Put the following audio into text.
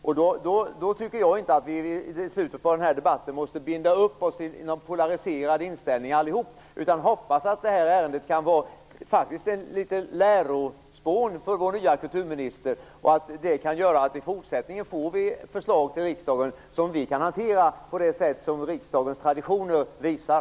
Därför tycker inte jag att vi i slutet av den här debatten måste binda upp oss i en polariserad inställning, utan hoppas att det här ärendet kan vara litet av ett lärospån för vår nya kulturminister och att det kan göra att vi i fortsättningen får förslag till riksdagen som vi kan hantera på det sätt som riksdagens traditioner bjuder.